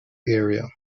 area